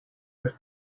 with